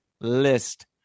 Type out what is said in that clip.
List